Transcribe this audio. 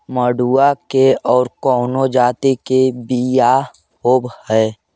मडूया के और कौनो जाति के बियाह होव हैं?